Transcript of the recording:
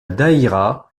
daïra